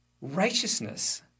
Righteousness